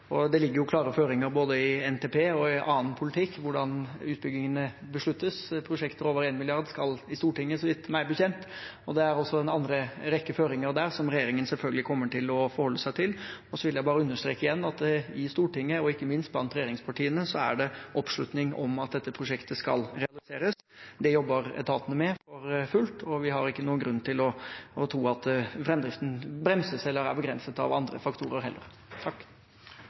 og det ligger jo klare føringer både i NTP og i annen politikk om hvordan utbyggingene besluttes. Prosjekter på over 1 mrd. kr skal til Stortinget, meg bekjent, og det er også en rekke andre føringer der som regjeringen selvfølgelig kommer til å forholde seg til. Så vil jeg bare understreke igjen at i Stortinget, og ikke minst blant regjeringspartiene, er det oppslutning om at dette prosjektet skal realiseres. Det jobber etaten med for fullt, og vi har heller ingen grunn til å tro at framdriften bremses eller er begrenset av andre faktorer.